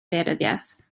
daearyddiaeth